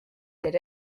did